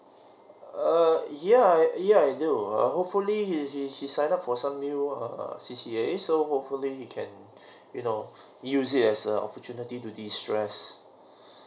err yeah yeah I know err hopefully he he he sign up for some new err C_C_A so hopefully he can you know use it as a opportunity to destress